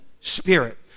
spirit